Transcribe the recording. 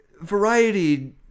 Variety